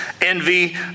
envy